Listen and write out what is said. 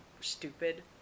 stupid